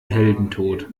heldentod